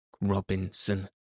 Robinson